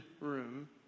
room